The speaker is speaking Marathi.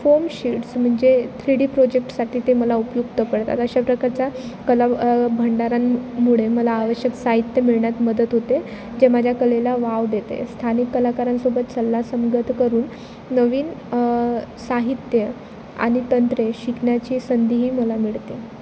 फोम शीट्स म्हणजे थ्री डी प्रोजेक्टसाठी ते मला उपयुक्त पडतात अशा प्रकारचा कला भांडारांमुळे मला आवश्यक साहित्य मिळण्यात मदत होते जे माझ्या कलेला वाव देते स्थानिक कलाकारांसोबत सल्ला संगत करून नवीन साहित्य आणि तंत्रे शिकण्याची संधीही मला मिळते